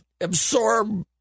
absorb